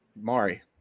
Mari